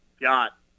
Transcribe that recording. got